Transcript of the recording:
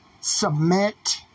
submit